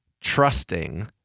trusting